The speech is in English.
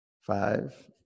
five